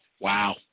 Wow